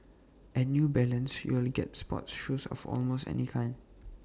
at new balance you will get sports shoes of almost any kind